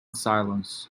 silence